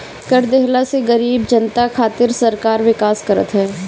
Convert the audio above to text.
कर देहला से गरीब जनता खातिर सरकार विकास करत हवे